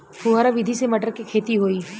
फुहरा विधि से मटर के खेती होई